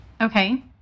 okay